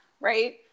right